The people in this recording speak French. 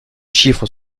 chiffres